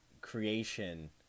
creation